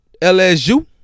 LSU